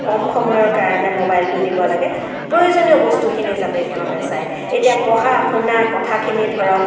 কম সময়ৰ কাৰণে মোবাইলটো দিব লাগে প্ৰয়োজনীয় বস্তুখিনি যাতে সিহঁতে চাই এতিয়া পঢ়া শুনা কথাখিনি ধৰক